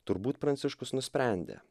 turbūt pranciškus nusprendė